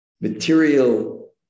material